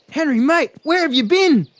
henry, mate, where have you been?